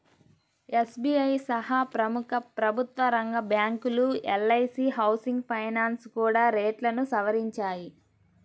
SBI సహా ప్రముఖ ప్రభుత్వరంగ బ్యాంకులు, ఎల్.ఐ.సీ హౌసింగ్ ఫైనాన్స్ కూడా రేట్లను సవరించాయి